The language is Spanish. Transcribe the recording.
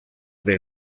del